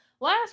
last